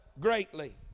greatly